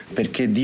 perché